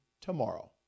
tomorrow